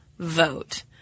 vote